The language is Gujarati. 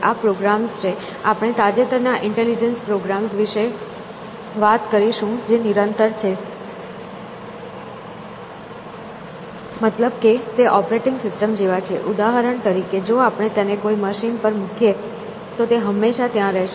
આ પ્રોગ્રામ્સ છે આપણે તાજેતરના ઇન્ટેલિજન્સ પ્રોગ્રામ્સ વિશે વાત કરીશું જે નિરંતર છે મતલબ કે તે ઓપરેટિંગ સિસ્ટમ જેવા છે ઉદાહરણ તરીકે જો આપણે તેને કોઈ મશીન પર મૂકીએ તો તે હંમેશા ત્યાં રહેશે